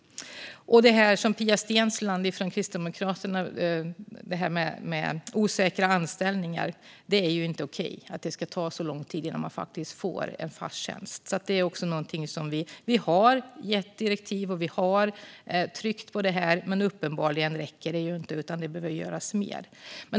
Pia Steensland från Kristdemokraterna talade om osäkra anställningar. Det är ju inte okej att det ska ta så lång tid innan man får en fast tjänst. Vi har gett direktiv, och vi har tryckt på det här. Uppenbarligen räcker det dock inte, utan det behöver göras mer.